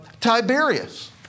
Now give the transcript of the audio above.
Tiberius